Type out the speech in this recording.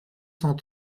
cent